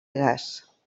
gas